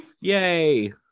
Yay